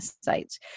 sites